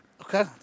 Okay